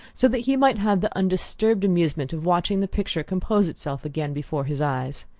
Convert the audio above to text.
so that he might have the undisturbed amusement of watching the picture compose itself again before his eyes.